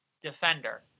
defender